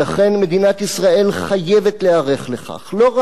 לכן מדינת ישראל חייבת להיערך לכך, לא רק